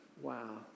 Wow